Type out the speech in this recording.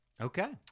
Okay